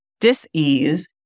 dis-ease